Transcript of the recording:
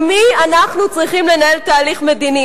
עם מי אנחנו צריכים לנהל תהליך מדיני?